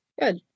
Good